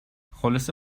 خلاصه